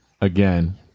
again